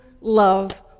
love